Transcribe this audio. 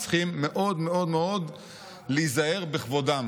שצריכים להיזהר בכבודם